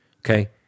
Okay